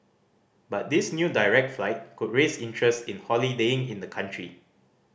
but this new direct flight could raise interest in holidaying in the country